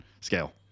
Scale